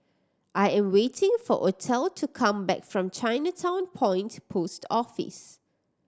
I am waiting for Othel to come back from Chinatown Point Post Office